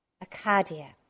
Acadia